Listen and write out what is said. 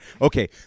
okay